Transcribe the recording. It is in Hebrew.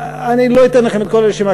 אני לא אתן לכם את כל הרשימה,